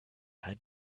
had